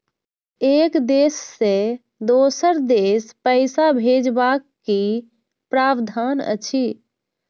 एक देश से दोसर देश पैसा भैजबाक कि प्रावधान अछि??